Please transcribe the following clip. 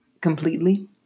completely